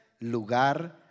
Lugar